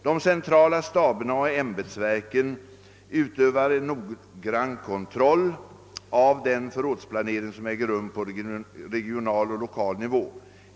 De centrala staberna och ämbetsverken utövar en noggrann kontroll av den förrådsplanering som äger rum på regional och lokal nivå.